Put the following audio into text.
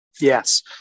Yes